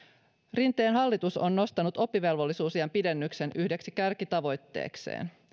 rinteen hallitus on nostanut oppivelvollisuusiän pidennyksen yhdeksi kärkitavoitteekseen